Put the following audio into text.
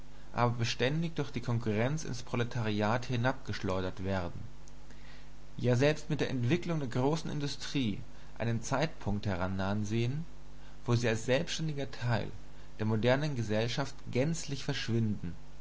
beständig durch die konkurrenz ins proletariat hinabgeschleudert werden ja selbst mit der entwicklung der großen industrie einen zeitpunkt herannahen sehen wo sie als selbständiger teil der modernen gesellschaft gänzlich verschwinden